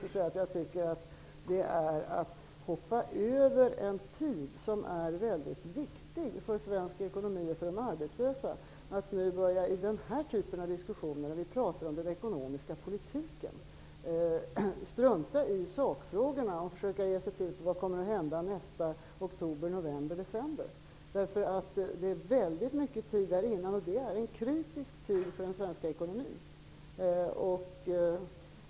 Jag tycker att det är att hoppa över en tid som är viktig för svensk ekonomi och för de arbetslösa. Nu pratar vi om den ekonomiska politiken. Då struntar man i sakfrågorna och ger sig in på vad som kommer att hända nästa år i oktober, november eller december. Det är mycket tid fram till dess, och det är en kritisk tid för den svenska ekonomin.